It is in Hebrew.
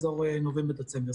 אזור נובמבר-דצמבר,